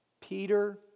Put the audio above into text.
Peter